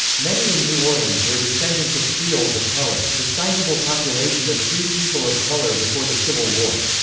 many in new orleans were descendants of creoles of color, the sizeable population of free people of color before the civil war.